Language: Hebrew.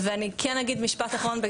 ואני כן אגיד משפט אחרון,